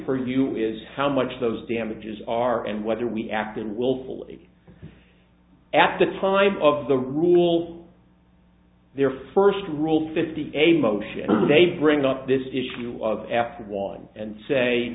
for you is how much those damages are and whether we acted willfully at the time of the rule their first rule fifty a motion they bring up this issue of f one and say